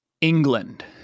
England